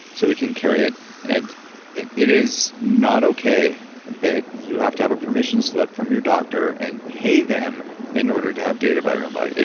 so we can carry it and it it is not okay that you have to have a permission slip from your doctor and pay them in order to have data by your own body.